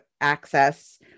access